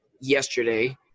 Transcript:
yesterday